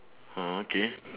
oh okay